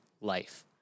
life